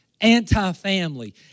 anti-family